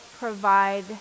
Provide